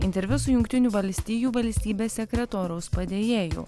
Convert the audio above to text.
interviu su jungtinių valstijų valstybės sekretoriaus padėjėju